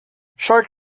shark